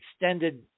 Extended